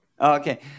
Okay